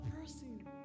person